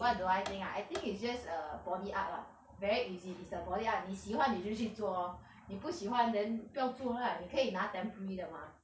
what do I think ah I think is just a body art lah very easy is a body art means 你喜欢你就去做 lor 你不喜欢 then 不要做 lah 你可以拿 temporary 的吗